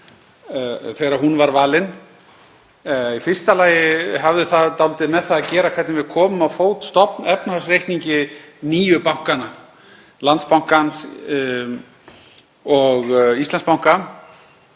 brautarinnar var valin. Í fyrsta lagi hafði það dálítið með það að gera hvernig við komum á fót stofnefnahagsreikningi nýju bankanna, Landsbankans og Íslandsbanka